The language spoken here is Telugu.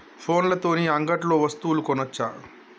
ఫోన్ల తోని అంగట్లో వస్తువులు కొనచ్చా?